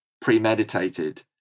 premeditated